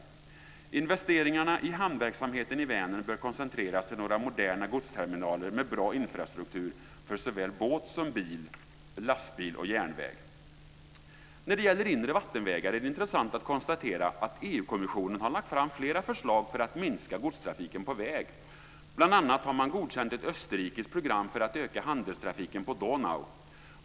Investeringarna i hamnverksamheten i Vänern bör koncentreras till några moderna godsterminaler med bra infrastruktur för såväl båt som lastbil och järnväg. När det gäller inre vattenvägar är det intressant att konstatera att EU-kommissionen har lagt fram flera förslag för att minska godstrafiken på väg. Bl.a. har man godkänt ett österrikiskt program för att öka handelstrafiken på Donau.